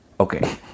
Okay